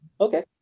Okay